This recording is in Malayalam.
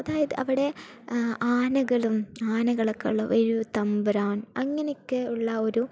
അതായത് അവിടെ ആനകളും ആനകളൊക്കെ ഉള്ള ഒരു തമ്പ്രാൻ അങ്ങനെയൊക്കെ ഉള്ള ഒരു